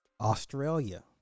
Australia